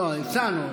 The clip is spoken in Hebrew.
הצענו.